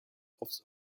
aufs